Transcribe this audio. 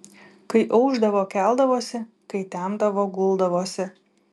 kai aušdavo keldavosi kai temdavo guldavosi